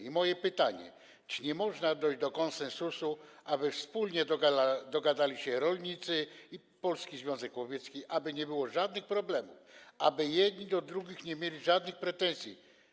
I moje pytanie: Czy nie można dojść do konsensusu, aby wspólnie dogadali się rolnicy i Polski Związek Łowiecki, aby nie było żadnych problemów, aby jedni do drugich nie mieli żadnych pretensji?